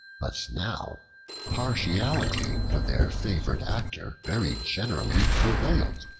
now partiality for their favorite actor very generally prevailed,